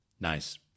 Nice